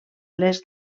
les